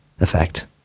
effect